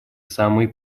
самые